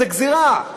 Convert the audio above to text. זו גזירה.